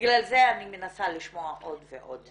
בגלל זה אני מנסה לשמוע עוד ועוד.